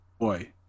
boy